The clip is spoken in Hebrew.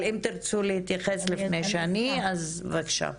אם תרצו להתייחס לפני כן, בבקשה.